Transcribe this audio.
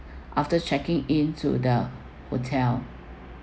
after checking in to the hotel